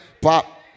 Pop